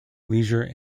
leisure